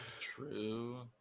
True